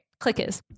clickers